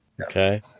Okay